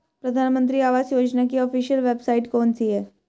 प्रधानमंत्री आवास योजना की ऑफिशियल वेबसाइट कौन सी है?